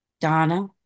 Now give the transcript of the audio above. Donna